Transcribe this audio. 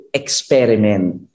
experiment